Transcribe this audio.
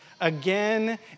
Again